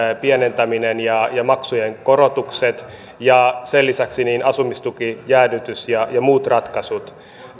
pienentäminen ja ja maksujen korotukset ja sen lisäksi asumistukijäädytys ja ja muut ratkaisut